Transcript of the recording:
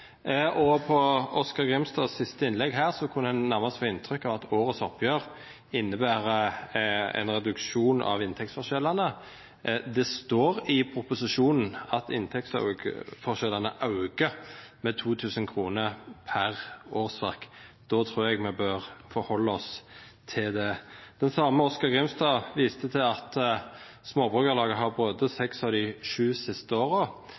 og av Oskar J. Grimstads siste innlegg her kunne ein nærmast få inntrykk av at årets oppgjer inneber ein reduksjon av inntektsforskjellane. Det står i proposisjonen at inntektsforskjellane auka med 2 000 kr per årsverk. Då trur eg me bør halda oss til det. Den same Oskar J. Grimstad viste til at Småbrukarlaget har brote i seks av dei sju siste åra.